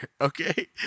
okay